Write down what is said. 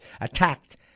attacked